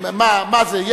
מה זה?